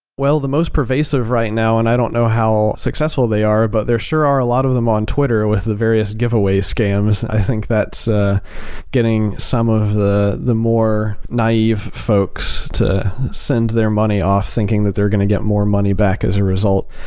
well, the most pervasive right, and i don't know how successful they are, but there sure are a lot of them on twitter with the various giveaway scams. i think that's the ah getting some of the the more naive folks to send their money off thinking that they're going to get more money back as a result.